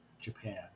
Japan